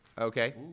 Okay